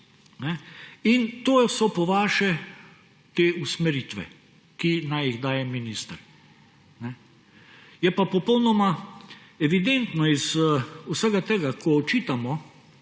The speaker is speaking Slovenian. In to so po vaše te usmeritve, ki naj jih daje minister. Je pa popolnoma evidentno iz vsega tega, ko očitamo